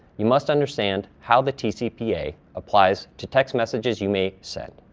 you must understand how the tcpa applies to text messages you may send.